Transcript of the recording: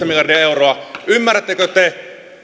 miljardia euroa ymmärrättekö te että